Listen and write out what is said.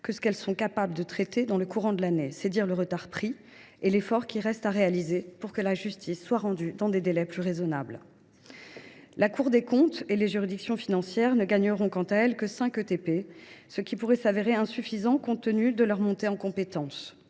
que ce qu’elles sont capables de traiter dans le courant de l’année. C’est dire le retard pris et l’effort qui reste à réaliser pour que la justice soit rendue dans des délais plus raisonnables. La Cour des comptes et les juridictions financières ne gagneront que 5 ETP, ce qui pourrait se révéler insuffisant compte tenu de leur montée en compétences.